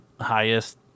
highest